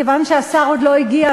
כיוון שהשר עוד לא הגיע,